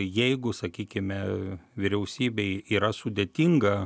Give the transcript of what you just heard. jeigu sakykime vyriausybei yra sudėtinga